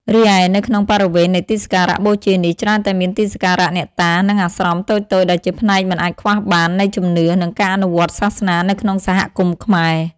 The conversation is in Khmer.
រីឯ នៅក្នុងបរិវេណនៃទីសក្ការៈបូជានេះ ច្រើនតែមានទីសក្ការៈអ្នកតា និងអាស្រមតូចៗដែលជាផ្នែកមិនអាចខ្វះបាននៃជំនឿ និងការអនុវត្តសាសនានៅក្នុងសហគមន៍ខ្មែរ។